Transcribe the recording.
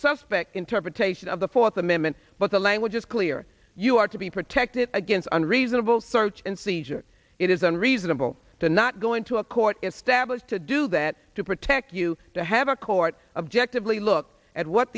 suspect interpretation of the fourth amendment but the language is clear you are to be protected against unreasonable search and seizure it is unreasonable to not go into a court established to do that to protect you to have a court of ject of lee look at what